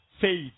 faith